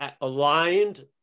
aligned